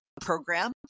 program